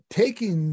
taking